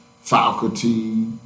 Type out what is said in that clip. faculty